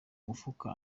mufuka